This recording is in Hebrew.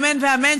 אמן ואמן,